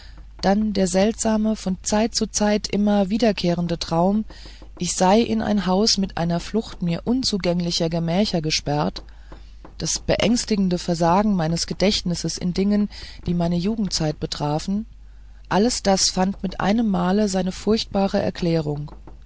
dann der seltsame von zeit zu zeit immer wiederkehrende traum ich sei in ein haus mit einer flucht mir unzugänglicher gemächer gesperrt das beängstigende versagen meines gedächtnisses in dingen die meine jugendzeit betrafen alles das fand mit einem male seine furchtbare erklärung